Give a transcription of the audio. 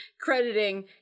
crediting